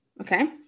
okay